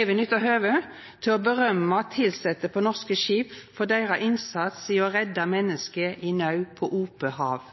Eg vil nytta høvet til å rosa tilsette på norske skip for innsatsen deira i å redda menneske i naud på ope hav.